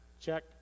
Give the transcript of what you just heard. check